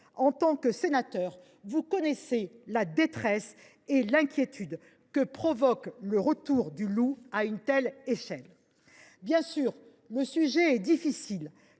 en tant que sénateurs, vous connaissez mieux que quiconque la détresse et l’inquiétude que provoque le retour du loup à une telle échelle. Bien sûr, le sujet est difficile,